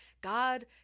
God